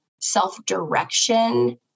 self-direction